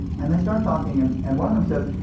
and they start talking, and and one of them says,